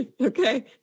okay